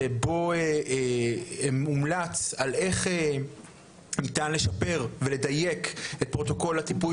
שבו הומלץ על איך ניתן לשפר ולדייק את פרוטוקול הטיפול